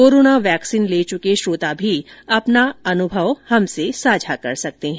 corona vaccine ले चुके श्रोता भी अपना अनुभव साझा कर सकते हैं